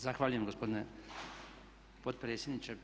Zahvaljujem gospodine, potpredsjedniče.